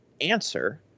answer